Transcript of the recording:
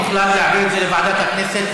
הוחלט להעביר את זה לוועדת הכנסת,